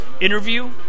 interview